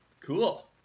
Cool